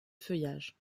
feuillages